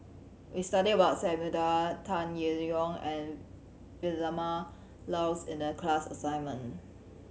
we studied about Samuel Dyer Tan Yee Hong and Vilma Laus in the class assignment